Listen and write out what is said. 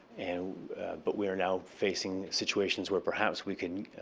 and but we are now facing situations where perhaps we can